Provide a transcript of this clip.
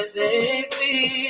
baby